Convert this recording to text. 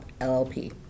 LLP